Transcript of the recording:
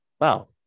Wow